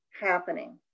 happening